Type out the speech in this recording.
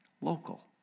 local